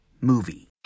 movie